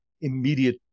immediate